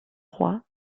trois